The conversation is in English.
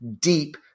deep